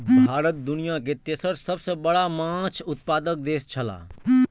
भारत दुनिया के तेसर सबसे बड़ा माछ उत्पादक देश छला